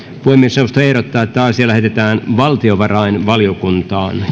puhemiesneuvosto ehdottaa että asia lähetetään valtiovarainvaliokuntaan